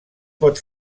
pot